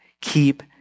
Keep